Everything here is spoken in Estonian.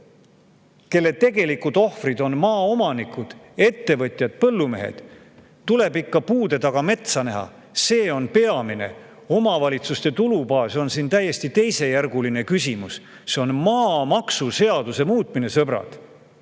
kelle tegelikud ohvrid on maaomanikud, ettevõtjad, põllumehed. Tuleb ikka puude taga metsa näha: see on peamine, omavalitsuste tulubaas on siin täiesti teisejärguline küsimus. See on maamaksuseaduse muutmine, sõbrad!